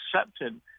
accepted